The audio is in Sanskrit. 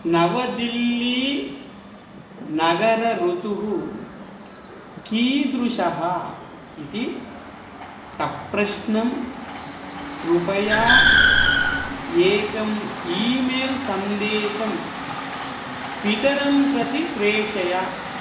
नवदिल्लीनगरस्य ऋतुः कीदृशः इति सप्रश्नं कृपया एकम् ईमेल् सन्देशं पितरं प्रति प्रेषय